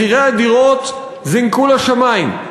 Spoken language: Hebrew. מחירי הדירות זינקו לשמים.